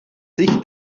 sich